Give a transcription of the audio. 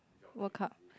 World Cup